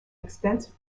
extensive